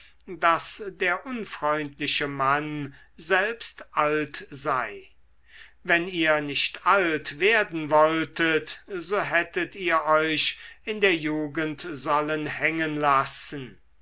daß der unfreundliche mann selbst alt sei wenn ihr nicht alt werden wolltet so hättet ihr euch in der jugend sollen hängen lassen